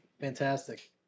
fantastic